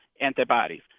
antibodies